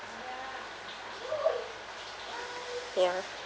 ya